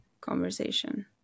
conversation